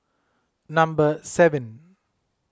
number seven